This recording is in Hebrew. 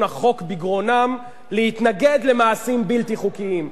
החוק בגרונם להתנגד למעשים בלתי חוקיים,